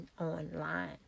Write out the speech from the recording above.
online